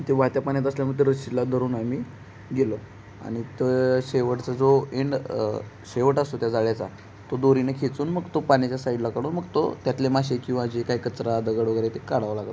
ते वाहत्या पाण्यात असल्यामुळे ते रस्सीला धरून आम्ही गेलो आणि तर शेवटचा जो एंड शेवट असतो त्या जाळ्याचा तो दोरीने खेचून मग तो पाण्याच्या साईडला काढून मग तो त्यातले मासे किंवा जे काही कचरा दगड वगैरे ते काढावं लागतं